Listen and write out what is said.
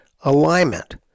alignment